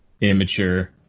immature